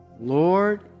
Lord